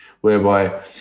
Whereby